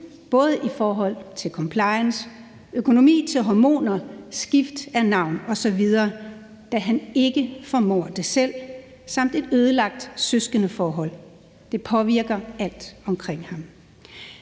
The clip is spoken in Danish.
både i forhold til compliance, økonomi til hormoner, skift af navn osv., da han ikke formår det selv, samt et ødelagt søskendeforhold. Det påvirker alt omkring ham.